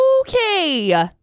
Okay